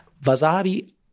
Vasari